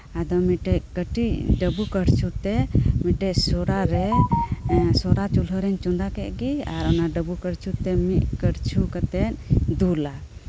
ᱟᱫᱚ ᱢᱤᱫᱴᱮᱱ ᱠᱟᱴᱤᱡ ᱰᱟᱹᱵᱩ ᱠᱟᱹᱲᱪᱩ ᱛᱮ ᱢᱤᱫᱴᱮᱱ ᱥᱚᱨᱟ ᱨᱮ ᱥᱚᱨᱟ ᱪᱩᱞ ᱦᱟᱹᱨᱮᱧ ᱪᱚᱸᱫᱟ ᱠᱮᱫ ᱜᱮ ᱟᱨ ᱚᱱᱟ ᱰᱟᱹᱵᱩ ᱠᱟᱹᱲᱪᱩᱛᱮ ᱢᱤᱫ ᱠᱟᱹᱲᱪᱩ ᱠᱟᱛᱮᱫ ᱫᱩᱞᱟ